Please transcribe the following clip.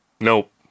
Nope